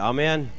Amen